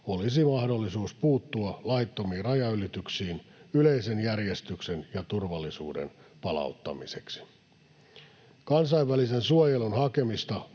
olisi mahdollisuus puuttua laittomiin rajanylityksiin yleisen järjestyksen ja turvallisuuden palauttamiseksi. Kansainvälisen suojelun hakemista